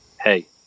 hey